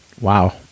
Wow